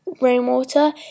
rainwater